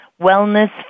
wellness